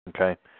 Okay